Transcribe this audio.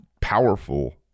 powerful